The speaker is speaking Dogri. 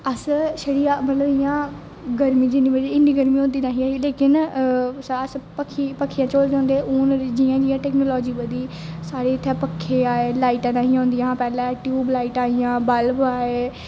अस छड़ी इयां गर्मी जिन्नी मर्जी इन्नी गर्मी होंदी नेही ही लेकिन अस पक्खी झोलदे होंदे हे हून जियां जियां टेक्नोलाॅजी बधी ऐ साढ़ी इत्थै पक्खे आए लाइटां नेईं ही होंदिया पैहलें ट्यूबलाइटां ही बल्ब हा